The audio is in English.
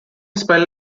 spell